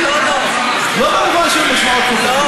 לא במובן של משמעות חוקתית.